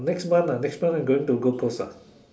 next month ah next month we're going to gold coast ah